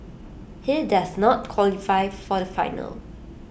he does not qualify for the final